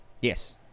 Yes